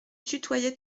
tutoyait